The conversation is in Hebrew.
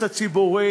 חברי